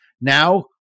Now